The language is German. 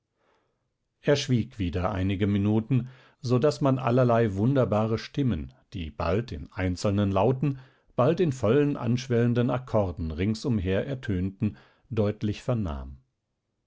er schwieg wieder einige minuten so daß man allerlei wunderbare stimmen die bald in einzelnen lauten bald in vollen anschwellenden akkorden ringsumher ertönten deutlich vernahm